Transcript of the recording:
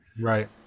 right